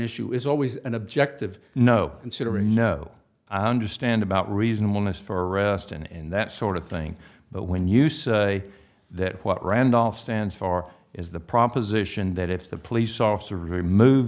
issue is always an objective no considering you know i understand about reasonableness for arrest and in that sort of thing but when you say that what randolph stands for is the proposition that if the police officer remove